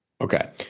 okay